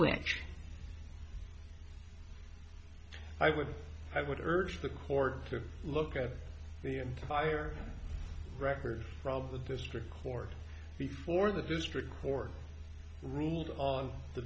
stretch i would i would urge the court to look at the entire record from the district court before the district court ruled on the